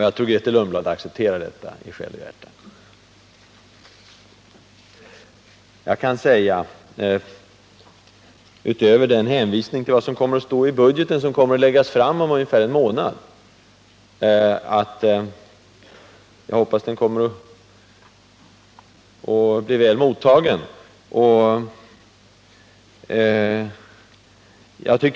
Jag tror att Grethe Lundblad i själ och hjärta accepterar det. Budgetpropositionen läggs fram om ungefär en månad. Jag hoppas den blir väl mottagen.